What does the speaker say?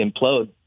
implode